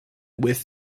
with